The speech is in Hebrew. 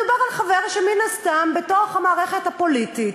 מדובר על חבר שמן הסתם, בתוך המערכת הפוליטית